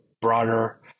broader